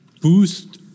boost